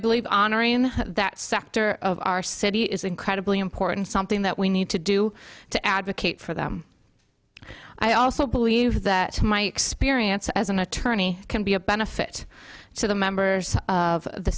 believe honor in that sector of our city is incredibly important something that we need to do to advocate for that i also believe that my experience as an attorney can be a benefit to the members of the